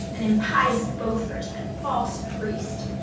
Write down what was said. and impious beauford, that false priest,